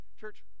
Church